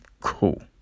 cool